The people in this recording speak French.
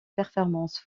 performance